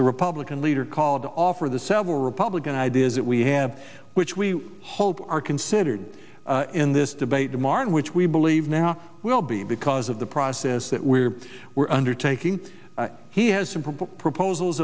the republican leader called to offer the several republican ideas that we have which we hope are considered in this debate tomorrow which we believe now will be because of the process that we were undertaking he has simple proposals